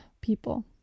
people